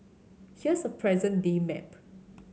here's a present day map